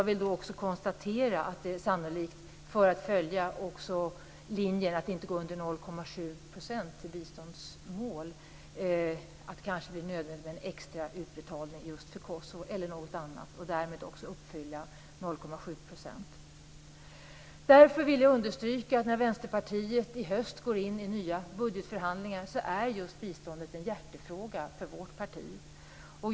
För att följa linjen att uppfylla biståndsmålet 0,7 % kan det bli nödvändigt med en extra utbetalning för Kosovo eller något annat. Därför vill jag understryka att när vi i höst går in i nya budgetförhandlingar är just biståndet en hjärtefråga för vårt parti.